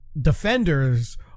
defenders